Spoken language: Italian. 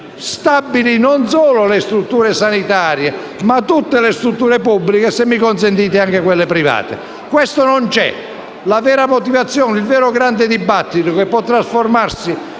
stabili non solo le strutture sanitarie, ma tutte le strutture pubbliche e - se mi consentite - anche quelle private: questo non c'è. La vera motivazione, il vero grande dibattito, che potrebbe